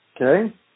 okay